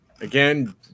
Again